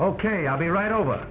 ok i'll be right over